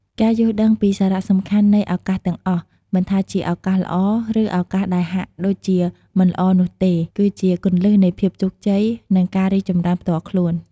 ការយល់ដឹងពីសារៈសំខាន់នៃឱកាសទាំងអស់ មិនថាជាឱកាសល្អ ឬឱកាសដែលហាក់ដូចជាមិនល្អនោះទេ គឺជា គន្លឹះនៃភាពជោគជ័យ និងការរីកចម្រើនផ្ទាល់ខ្លួន។